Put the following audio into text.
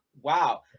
wow –